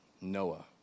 Noah